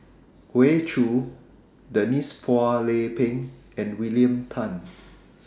Hoey Choo Denise Phua Lay Peng and William Tan